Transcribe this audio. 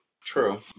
True